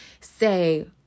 say